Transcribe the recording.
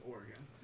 Oregon